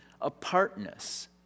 apartness